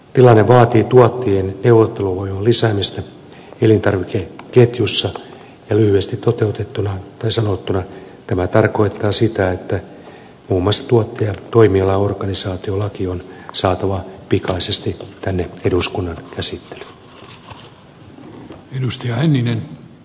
tilanne vaatii tuottajien neuvotteluvoiman lisäämistä elintarvikeketjussa ja lyhyesti sanottuna tämä tarkoittaa sitä että muun muassa tuottaja ja toimialaorganisaatiolaki on saatava pikaisesti tänne eduskunnan käsittelyyn